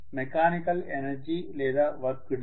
mechanical energy లేదా work done